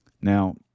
Now